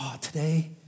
today